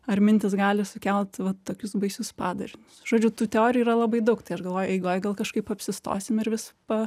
ar mintys gali sukelt vat tokius baisius padarinius žodžiu tų teorijų yra labai daug tai aš galvoju eigoj gal kažkaip apsistosim ir vis pa